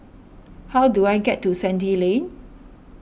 how do I get to Sandy Lane